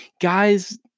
guys